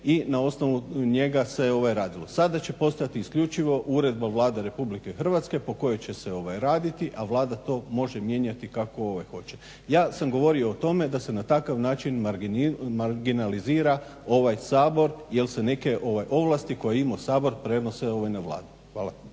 i na osnovu njega se radilo. Sada će postojati isključivo Uredba Vlade RH po kojoj će se raditi, a Vlada to može mijenjati kako hoće. Ja sam govorio o tome da se na takav način marginalizira ovaj Sabor jer se neke ovlasti koje je imao Sabor prenose na Vladu. Hvala.